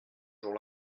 jour